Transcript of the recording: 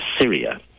Syria